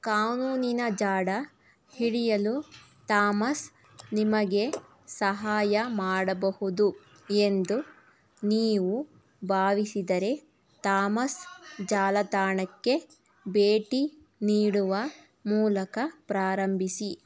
ಕಾನೂನಿನ ಜಾಡು ಹಿಡಿಯಲು ತಾಮಸ್ ನಿಮಗೆ ಸಹಾಯ ಮಾಡಬಹುದು ಎಂದು ನೀವು ಭಾವಿಸಿದರೆ ತಾಮಸ್ ಜಾಲತಾಣಕ್ಕೆ ಭೇಟಿ ನೀಡುವ ಮೂಲಕ ಪ್ರಾರಂಭಿಸಿ